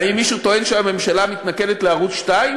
האם מישהו טוען שהממשלה מתנכלת לערוץ 2,